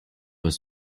was